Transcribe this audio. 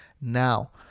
now